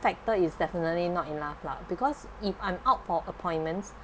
factor is definitely not enough lah because if I'm out for appointments